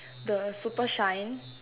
the super shine